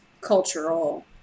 cultural